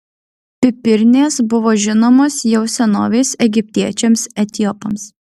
pipirnės buvo žinomos jau senovės egiptiečiams etiopams